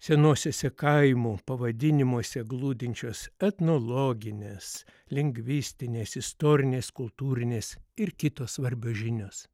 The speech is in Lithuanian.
senuosiuose kaimų pavadinimuose glūdinčios etnologinės lingvistinės istorinės kultūrinės ir kitos svarbios žinios